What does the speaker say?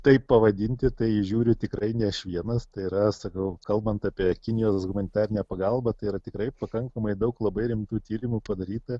taip pavadinti tai žiūriu tikrai ne aš vienas tai yra sakau kalbant apie kinijos humanitarinę pagalbą tai yra tikrai pakankamai daug labai rimtų tyrimų padaryta